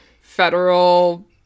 federal